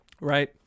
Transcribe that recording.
right